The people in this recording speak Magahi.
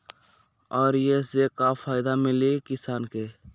और ये से का फायदा मिली किसान के?